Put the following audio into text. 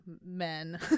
men